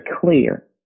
clear